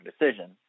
decision